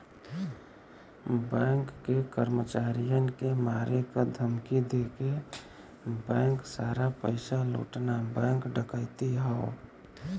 bank के कर्मचारियन के मारे क धमकी देके बैंक सारा पइसा लूटना बैंक डकैती हौ